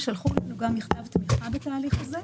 הם שלחו לנו גם מכתב תמיכה בתהליך הזה,